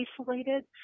isolated